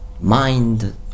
mind